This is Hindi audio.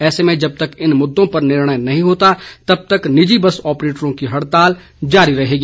ऐसे में जब तक इन मुददों पर निर्णय नहीं होता तब तक निजी बस आपरेटर की हड़ताल जारी रहेगी